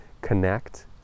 connect